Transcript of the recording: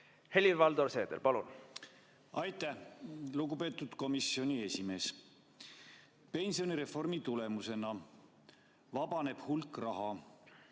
Helir-Valdor Seeder, palun! Aitäh! Lugupeetud komisjoni esimees! Pensionireformi tulemusena vabaneb hulk raha,